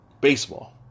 baseball